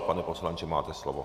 Pane poslanče, máte slovo.